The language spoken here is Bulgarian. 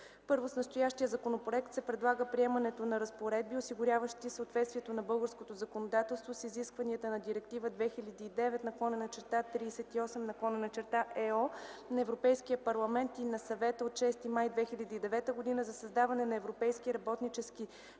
I. С настоящия законопроект се предлага приемането на разпоредби, осигуряващи съответствието на българското законодателство с изискванията на Директива 2009/38/ЕО на Европейския парламент и на Съвета от 6 май 2009 г. за създаване на Европейски работнически съвет